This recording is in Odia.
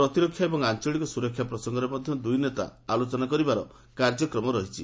ପ୍ରତିରକ୍ଷା ଏବଂ ଆଞ୍ଚଳିକ ସୁରକ୍ଷା ପ୍ରସଙ୍ଗରେ ମଧ୍ୟ ଦୁଇ ନେତା ଆଲୋଚନା କରିବାର କାର୍ଯ୍ୟକ୍ରମ ରହିଛି